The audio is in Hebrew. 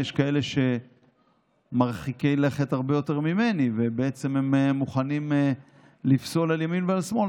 יש כאלה שמרחיקים לכת הרבה יותר ממני ומוכנים לפסול על ימין ועל שמאל,